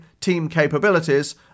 team-capabilities